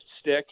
stick